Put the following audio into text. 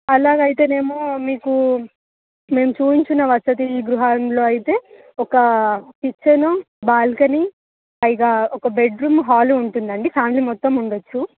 అలాగైతే ఏమో మీకు మేము చూపించిన వసతి గృహంలో అయితే ఒక కిచెన్ బాల్కనీ పైగా ఒక బెడ్రూమ్ హాల్ ఉంటుంది అండి ఫ్యామిలీ మొత్తం ఉండ వచ్చు